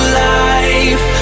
life